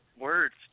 words